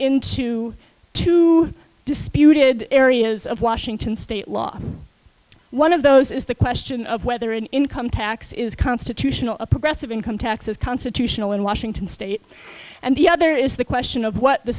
into two disputed areas of washington state law one of those is the question of whether an income tax is constitutional a progressive income tax is constitutional in washington state and the other is the question of what the